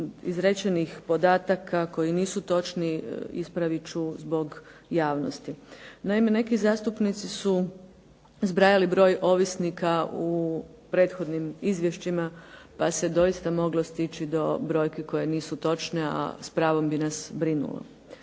izrečenih podataka koji nisu točni ispravit ću zbog javnosti. Naime, neki zastupnici su zbrajali broj ovisnika u prethodnim izvješćima pa se doista moglo stići do brojki koje nisu točne a s pravom bi nas brinulo.